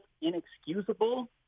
inexcusable